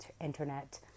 internet